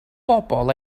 bobl